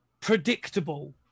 predictable